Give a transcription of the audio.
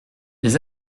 les